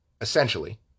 Essentially